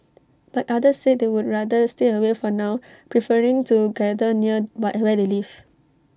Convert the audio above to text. but others said they would rather stay away for now preferring to gather near where they live